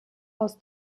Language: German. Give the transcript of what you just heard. aus